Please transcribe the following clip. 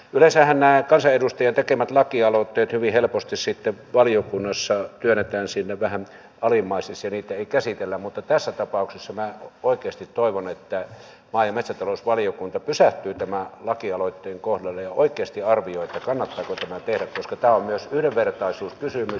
yleensähän nämä kansanedustajien tekemät lakialoitteet hyvin helposti sitten valiokunnassa työnnetään sinne vähän alimmaiseksi ja niitä ei käsitellä mutta tässä tapauksessa minä oikeasti toivon että maa ja metsätalousvaliokunta pysähtyy tämän lakialoitteen kohdalle ja oikeasti arvioi kannattaako tämä viedä koska tämä on myös yhdenvertaisuuskysymys